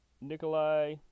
Nikolai